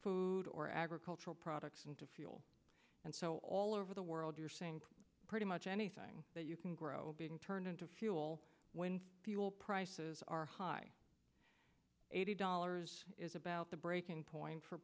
food or agricultural products into fuel and so all over the world you're seeing pretty much anything that you can grow being turned into fuel when fuel prices are high eighty dollars is about the breaking point for